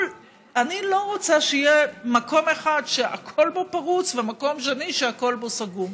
אני לא רוצה שיהיה מקום אחד שהכול בו פרוץ ומקום שני שהכול בו סגור.